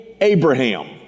Abraham